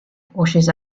washes